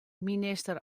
minister